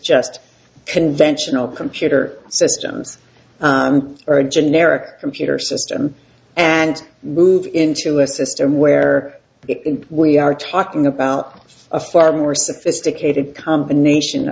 just conventional computer systems or a generic computer system and move into a system where we are talking about a far more sophisticated combination